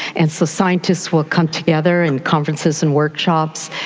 and so scientists will come together in conferences and workshops,